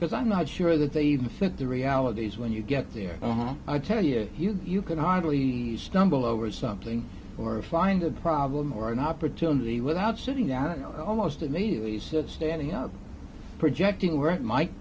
because i'm not sure that they've set the realities when you get there i tell you you can hardly stumble over something or find a problem or an opportunity without sitting down and almost immediately sit standing up projecting where it might